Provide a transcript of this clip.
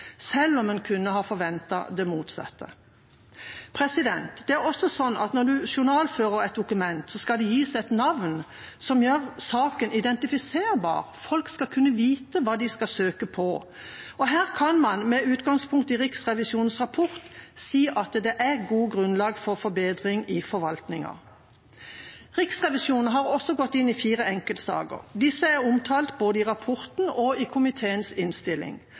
selv om man kunne ha forventet det motsatte. Det er også sånn at når man journalfører et dokument skal det gis et navn som gjør saken identifiserbar. Folk skal kunne vite hva de skal søke på. Og her kan man med utgangspunkt i Riksrevisjonens rapport si at det er godt grunnlag for forbedring i forvaltningen. Riksrevisjonen har også gått inn i fire enkeltsaker. Disse er omtalt både i rapporten og i komiteens innstilling.